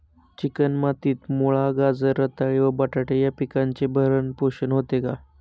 Chicken मातीत मुळा, गाजर, रताळी व बटाटे या पिकांचे भरण पोषण होते का?